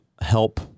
help